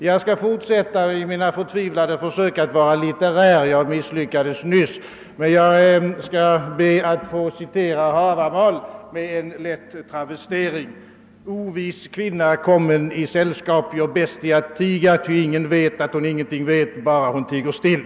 Jag skall fortsätta mina förtvivlade försök att vara litterär — jag misslyckades nyss — och be att få citera Havamal med en lätt travestering: »Ovis kvinna, kommen i sällskap, gör bäst i att tiga, ty ingen vet att hon ingenting vet, bara hon tiger still.»